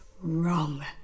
wrong